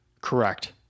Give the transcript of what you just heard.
correct